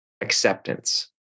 acceptance